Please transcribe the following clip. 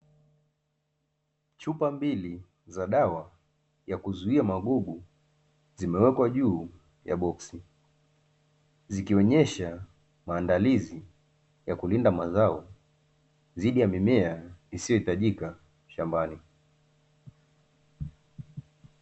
Chupa mbili za dawa ya kuzuia magugu zimewekwa juu ya boksi, zikionyesha maandalizi ya kulinda mazao dhidi ya mimea isiyohitajika shambani.